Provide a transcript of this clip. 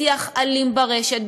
בשיח אלים ברשת,